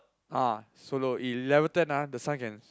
ah solo eleven ten ah the Sun can